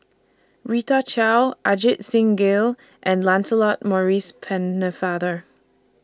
Rita Chao Ajit Singh Gill and Lancelot Maurice Pennefather